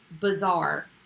bizarre